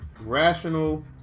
rational